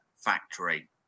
factory